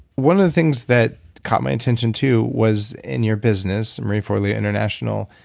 one of the things that caught my attention, too, was in your business, marie forleo international,